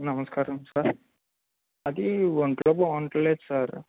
నమస్కారం సార్ అది ఒంట్లో బాగుండడంలేదు సార్